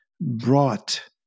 Brought